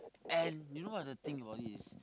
and you know what the thing about it is